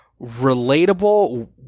relatable